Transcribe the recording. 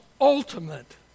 ultimate